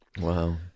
Wow